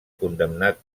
condemnat